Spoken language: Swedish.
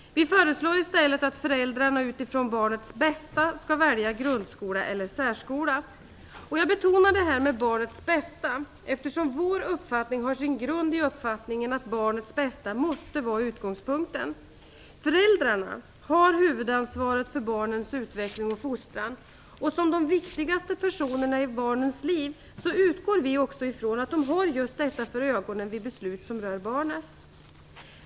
Vi föreslår i stället att föräldrarna utifrån barnets bästa skall välja grundskola eller särskola. Jag betonar att det gäller barnets bästa, eftersom vår uppfattning har sin grund i uppfattningen att barnets bästa måste vara utgångspunkten. Föräldrarna har huvudansvaret för barnens utveckling och fostran, och som de viktigaste personerna i barnens liv utgår vi också ifrån att de har just detta för ögonen vid beslut som rör barnen.